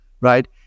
Right